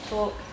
Talk